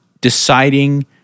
deciding